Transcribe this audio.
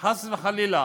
שחס וחלילה